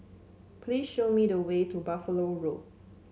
please show me the way to Buffalo Road